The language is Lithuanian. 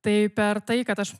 tai per tai kad aš